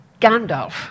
Gandalf